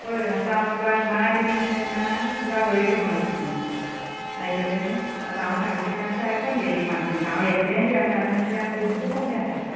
पळय आतां हांव तुका ना बी म्हणू शकना तुका हय बी म्हणू शकना आयकले आतां हांव सांगता ते माश्शे आयकोन घे एक पांच मिनटां हांव एकले बी आसता आनी म्हाजे कडेन खुब्ब कपडे आसात